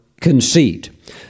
conceit